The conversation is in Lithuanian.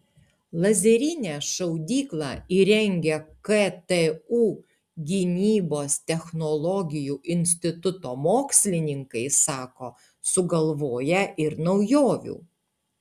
lazerinę šaudyklą įrengę ktu gynybos technologijų instituto mokslininkai sako sugalvoję ir naujovių